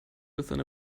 within